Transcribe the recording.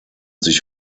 sich